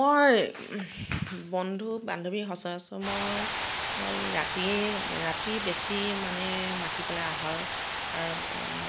মই বন্ধু বান্ধৱী সচৰাচৰ মই ৰাতি ৰাতি বেছি মানে মাতি পেলাই আহাৰ